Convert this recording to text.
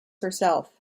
herself